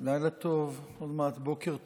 לילה טוב, עוד מעט בוקר טוב.